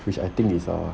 which I think is ah